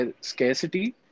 scarcity